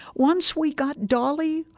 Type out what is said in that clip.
once we got dolly,